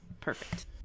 Perfect